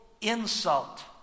insult